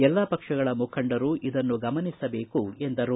ಎಲ್ಲಾ ಪಕ್ಷಗಳ ಮುಖಂಡರು ಇದನ್ನು ಗಮನಿಸಬೇಕು ಎಂದರು